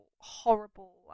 horrible